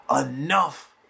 enough